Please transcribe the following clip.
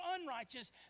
unrighteous